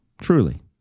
Truly